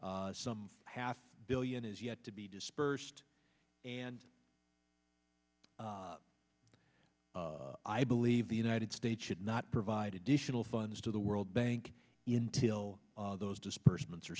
some half billion is yet to be dispersed and i believe the united states should not provide additional funds to the world bank in till those